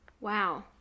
Wow